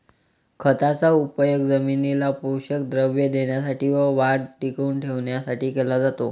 खताचा उपयोग जमिनीला पोषक द्रव्ये देण्यासाठी व वाढ टिकवून ठेवण्यासाठी केला जातो